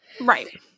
right